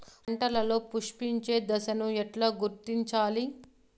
పంటలలో పుష్పించే దశను ఎట్లా గుర్తించాలి?